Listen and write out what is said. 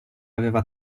aveva